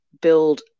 build